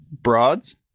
broads